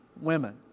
women